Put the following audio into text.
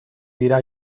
dira